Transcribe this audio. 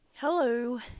Hello